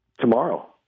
Tomorrow